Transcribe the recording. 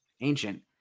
ancient